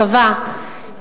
מקווה,